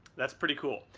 that's pretty cool.